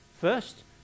First